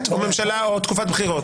או תקופת בחירות?